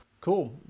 Cool